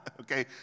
Okay